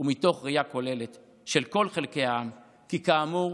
ומתוך ראייה כוללת של כל חלקי העם, כי כאמור,